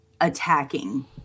attacking